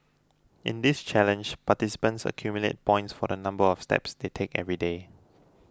in this challenge participants accumulate points for the number of steps they take every day